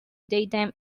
daytime